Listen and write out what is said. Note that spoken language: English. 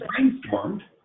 brainstormed